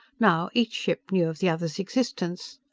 now each ship knew of the other's existence.